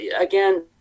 again